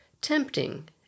Tempting